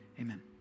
amen